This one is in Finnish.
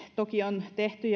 toki tehty